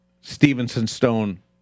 Stevenson-Stone